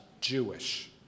Jewish